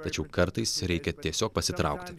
tačiau kartais reikia tiesiog pasitraukti